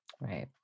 Right